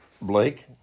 Blake